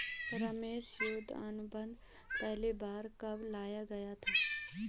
रमेश युद्ध अनुबंध पहली बार कब लाया गया था?